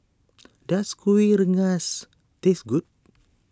does Kuih Rengas taste good